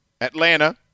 Atlanta